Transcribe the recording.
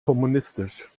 kommunistisch